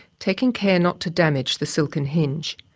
taking care not to damage the silken hinge.